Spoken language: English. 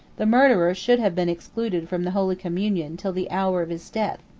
the murderer should have been excluded from the holy communion till the hour of his death.